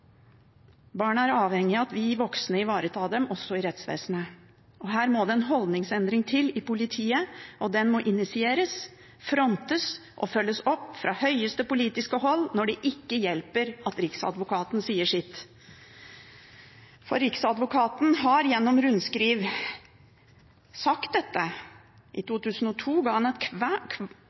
Barna er avhengige av at vi voksne ivaretar dem, også i rettsvesenet, og her må det en holdningsendring til i politiet. Den må initieres, frontes og følges opp fra høyeste politiske hold når det ikke hjelper at Riksadvokaten sier sitt. For Riksadvokaten har gjennom rundskriv sagt dette. I 2002 ga han et klart og tydelig signal om at